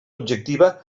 objectiva